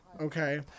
Okay